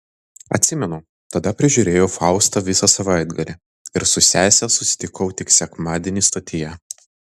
atsimenu tada prižiūrėjau faustą visą savaitgalį ir su sese susitikau tik sekmadienį stotyje